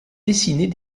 dessiner